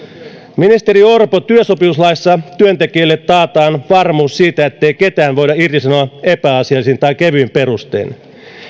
ministeri orpo työsopimuslaissa työntekijälle taataan varmuus siitä ettei ketään voida irtisanoa epäasiallisin tai kevyin perustein